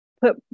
put